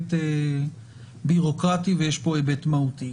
היבט בירוקרטי ויש פה היבט מהותי.